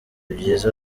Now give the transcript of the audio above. byiza